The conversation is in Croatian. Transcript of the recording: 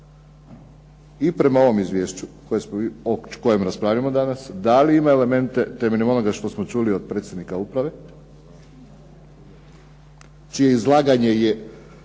i prema ovom izvješću o kojem raspravljamo danas, da li ima elemente temeljem onoga što smo čuli od predsjednika uprave, čije izlaganje se